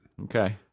Okay